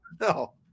no